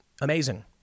amazing